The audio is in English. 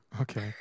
Okay